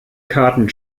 karten